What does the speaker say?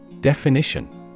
Definition